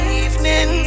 evening